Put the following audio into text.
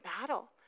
battle